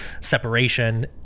separation